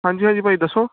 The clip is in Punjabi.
ਹਾਂਜੀ ਹਾਂਜੀ ਭਾਅ ਜੀ ਦੱਸੋ